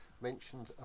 mentioned